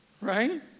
Right